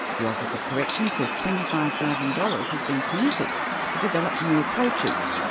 the office of corrections says twenty five thousand dollars has been committed to develop new approaches,